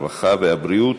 הרווחה והבריאות.